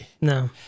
No